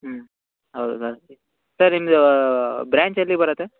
ಹ್ಞೂ ಹೌದಾ sir sir ನಿಮ್ಮದು ಬ್ರಾಂಚ್ ಎಲ್ಲಿ ಬರುತ್ತೆ